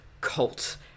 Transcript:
cult